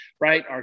right